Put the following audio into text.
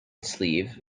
sleeve